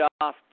off